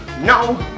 no